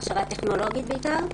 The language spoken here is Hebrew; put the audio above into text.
זה הכשרה טכנולוגית בעיקר.